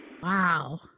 Wow